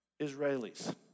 Israelis